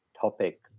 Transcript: topic